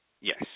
Yes